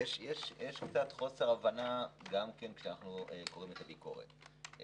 יש קצת חוסר הבנה כשאנחנו קוראים את הביקורת.